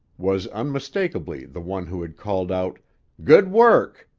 was unmistakably the one who had called out good work!